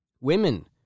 Women